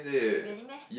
really meh